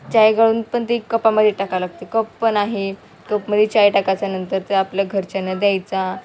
चहा गाळून पण ते कपामध्ये टाका लागते कप पण आहे कपमध्ये चहा टाकायच्या नंतर ते आपल्या घरच्यांना द्यायचा